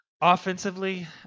Offensively